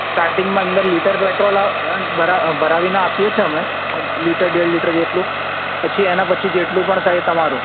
સ્ટાર્ટીંગમાં અંદર litre petrol ભ ભરાવીને આપીએ છીએ અમે લિટર ડેઢ લિટર જેટલું પછી એના પછી જેટલું પણ થાય એ તમારું